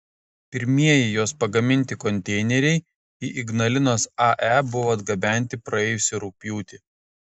pirmieji jos pagaminti konteineriai į ignalinos ae buvo atgabenti praėjusį rugpjūtį